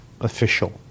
official